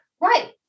Right